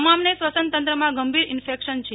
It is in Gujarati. તમામને શ્વસનતંત્રમાં ગંભીર ઈન્ફેકશન છે